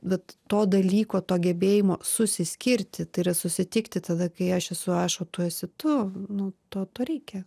bet to dalyko to gebėjimo susiskirti tai yra susitikti tada kai aš esu aš o tu esi tu nu to to reikia